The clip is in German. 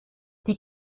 die